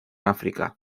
áfrica